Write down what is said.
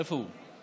איפה הוא?